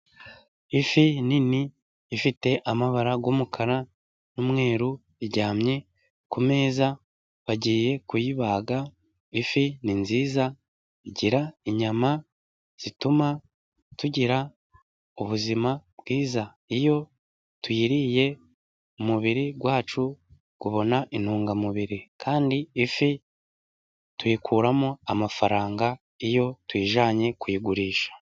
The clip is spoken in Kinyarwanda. Ifi nini ifite amabara y'umukara n'umweru, iryamye kumeza bagiye kuyibaga, ifi ni nziza igira inyama zituma tugira ubuzima bwiza. Iyo tuyiriye umubiri wacu ubona intungamubiri, kandi ifi tuyikuramo amafaranga, iyo tuyijyanye kuyigurisha.